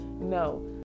No